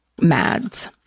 mads